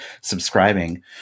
subscribing